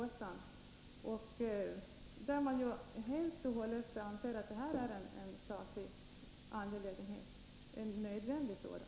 Man anser där att detta helt och hållet är en statlig angelägenhet — och en nödvändig sådan.